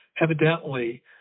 evidently